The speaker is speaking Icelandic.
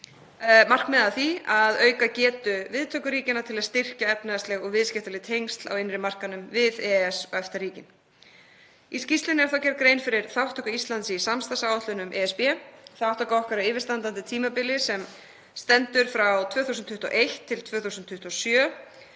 markmiði að auka getu viðtökuríkjanna til að styrkja efnahagsleg og viðskiptaleg tengsl á innri markaðnum við EES- og EFTA-ríkin. Í skýrslunni er gerð grein fyrir þátttöku Íslands í samstarfsáætlunum ESB. Þátttaka okkar á yfirstandandi tímabili, sem stendur frá 2021–2027,